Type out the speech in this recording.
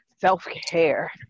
self-care